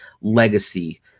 legacy